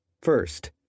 First